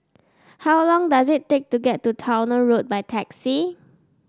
how long does it take to get to Towner Road by taxi